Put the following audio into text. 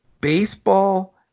baseball